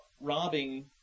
robbing